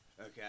okay